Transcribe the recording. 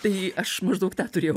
tai aš maždaug tą turėjau